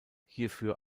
hierfür